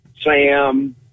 Sam